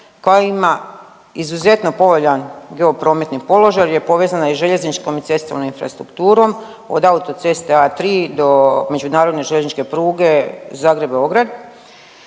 koja ima izuzetno povoljan geoprometni položaj jel je povezana i željezničkom i cestovnom infrastrukturom, od autoceste A3 do međunarodne željezničke pruge Zagreb-Beograd.